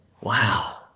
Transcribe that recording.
Wow